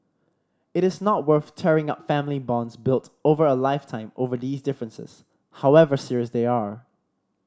it is not worth tearing up family bonds built over a lifetime over these differences however serious they are